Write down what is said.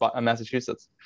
Massachusetts